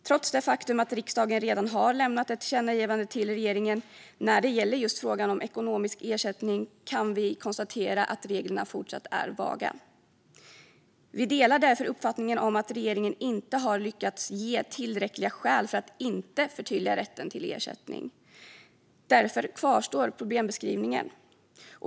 Trots det faktum att riksdagen redan har lämnat ett tillkännagivande till regeringen när det gäller just frågan om ekonomisk ersättning kan vi konstatera att reglerna fortfarande är vaga. Vi delar därför uppfattningen att regeringen inte har lyckats ge tillräckliga skäl för att inte förtydliga rätten till ersättning. Därför kvarstår problembeskrivningen.